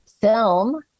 film